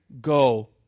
Go